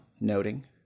noting